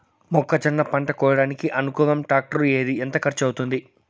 మొక్కజొన్న పంట కోయడానికి అనుకూలం టాక్టర్ ఏది? ఎంత ఖర్చు అవుతుంది?